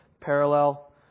parallel